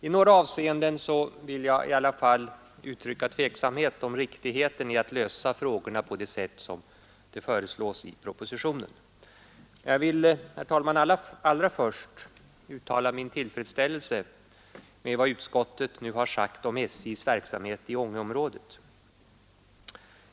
I några avseenden vill jag dock uttrycka tveksamhet om riktigheten i att lösa frågorna på det sätt som propositionen föreslår. Jag vill, herr. talman, allra först uttala min tillfredsställelse med vad utskottet sagt om SJ:s verksamhet i Ångeområdet.